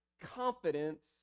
confidence